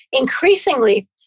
increasingly